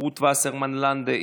רות וסרמן לנדה,